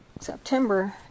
september